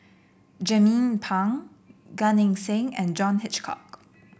Jernnine Pang Gan Eng Seng and John Hitchcock